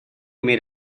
made